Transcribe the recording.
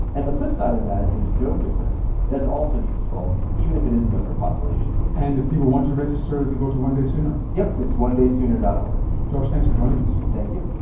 and the flipside of that, if there is no difference, that's also useful, even if it is a younger population. and if people want to register, they go to one daysooner. yes, it's one daysooner. org. josh, thanks for joining us. thank you.